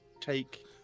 Take